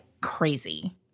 crazy